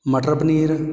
ਮਟਰ paneer